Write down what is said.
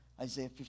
Isaiah